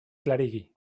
klarigi